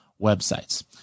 websites